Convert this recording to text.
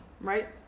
right